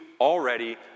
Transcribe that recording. already